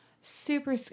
super